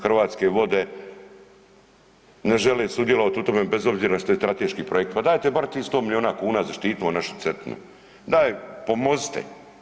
Hrvatske vode ne žele sudjelovati u tome bez obzira što je strateški projekt, pa dajte bar tih 100 milijuna kuna, zaštitimo našu Cetinu, daj pomozite.